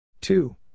Two